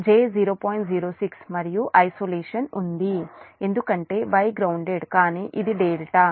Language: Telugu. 06 మరియు ఐసోలేషన్ ఉంది ఎందుకంటే Y గ్రౌన్దేడ్ కానీ ఇది డెల్టా